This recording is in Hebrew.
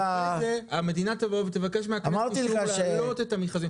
המדינה בוא ותבקש מהכנסת אישור להעלות את המחיר.